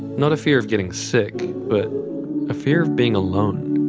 not a fear of getting sick but a fear of being alone.